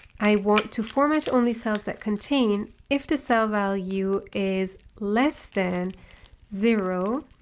i want to format only cells that contain, if the cell value is less than zero,